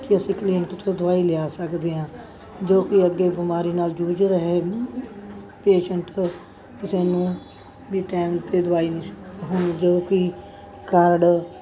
ਕਿ ਅਸੀਂ ਕਲੀਨਿਕ ਤੋਂ ਦਵਾਈ ਲਿਆ ਸਕਦੇ ਹਾਂ ਜੋ ਕਿ ਅੱਗੇ ਬਿਮਾਰੀ ਨਾਲ ਜੂਝ ਰਹੇ ਪੇਸ਼ੈਂਟ ਕਿਸੇ ਨੂੰ ਵੀ ਟਾਈਮ 'ਤੇ ਦਵਾਈ ਨਹੀਂ ਹੁਣ ਜੋ ਕਿ ਕਾਰਡ